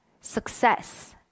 success